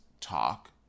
talk